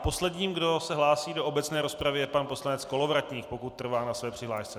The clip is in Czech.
Posledním, kdo se hlásí do obecné rozpravy, je pan poslanec Kolovratník, pokud trvá na své přihlášce.